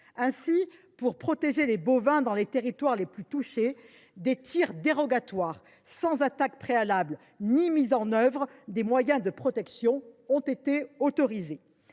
Ainsi, pour protéger les bovins dans les territoires les plus touchés, des tirs dérogatoires sans attaque préalable ni mise en œuvre des moyens de protection ont été autorisés.